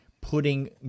putting